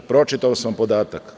Pročitao sam podatak.